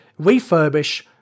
refurbish